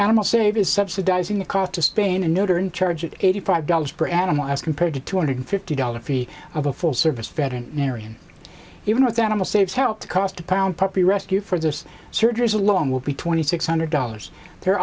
animal saviors subsidizing the cost to spin a note are in charge of eighty five dollars per animal as compared to two hundred fifty dollars fee of a full service veterinarian even with animal saves helped cost a pound puppy rescue for those surgeries alone will be twenty six hundred dollars the